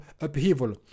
upheaval